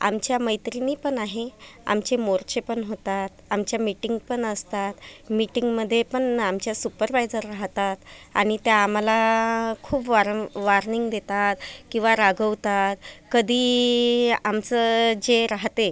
आमच्या मैत्रिणी पण आहे आमचे मोर्चे पण होतात आमच्या मीटींग पण असतात मिटींगमध्ये पण आमच्या सुपरवायझर राहतात आणि त्या आम्हाला खूप वार वार्निंग देतात किंवा रागावतात कधी आमचं जे राहते